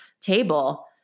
table